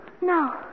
No